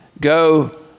go